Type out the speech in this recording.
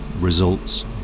results